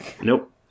Nope